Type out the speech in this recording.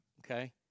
okay